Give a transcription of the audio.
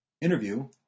interview